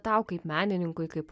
tau kaip menininkui kaip